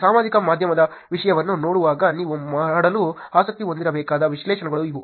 ಸಾಮಾಜಿಕ ಮಾಧ್ಯಮದ ವಿಷಯವನ್ನು ನೋಡುವಾಗ ನೀವು ಮಾಡಲು ಆಸಕ್ತಿ ಹೊಂದಿರಬೇಕಾದ ವಿಶ್ಲೇಷಣೆಗಳು ಇವು